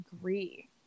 agree